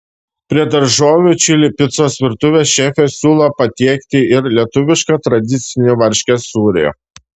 prie daržovių čili picos virtuvės šefė siūlo patiekti ir lietuvišką tradicinį varškės sūrį